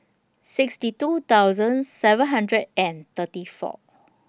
sixty two thousand seven hundred and thirty four